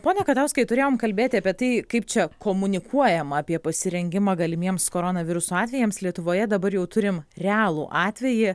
pone katauskai turėjom kalbėti apie tai kaip čia komunikuojama apie pasirengimą galimiems koronaviruso atvejams lietuvoje dabar jau turim realų atvejį